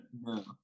No